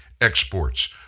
exports